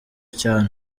cyane